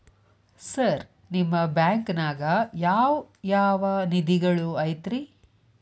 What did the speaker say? Sir ನಿಮ್ಮ ಬ್ಯಾಂಕನಾಗ ಯಾವ್ ಯಾವ ನಿಧಿಗಳು ಐತ್ರಿ?